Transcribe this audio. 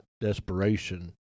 desperation